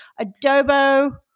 adobo